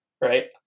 right